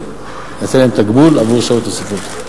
כן, יינתן להם תגמול עבור שעות נוספות.